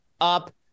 up